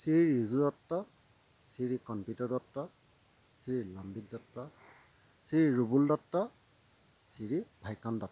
Shri Riju Dutta Shri Kanpit Dutta Shri Lambit Dutta Shri Rubul Dutta Shri Bhaikon Dutta